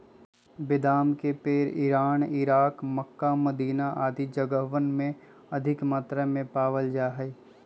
बेदाम के पेड़ इरान, इराक, मक्का, मदीना आदि जगहवन में अधिक मात्रा में पावल जा हई